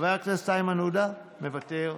מוותר,